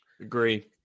Agree